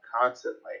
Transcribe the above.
constantly